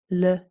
le